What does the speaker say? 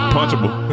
Punchable